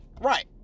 Right